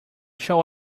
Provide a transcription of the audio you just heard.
shall